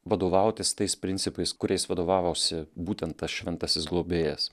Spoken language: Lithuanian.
vadovautis tais principais kuriais vadovavosi būtent tas šventasis globėjas